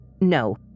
no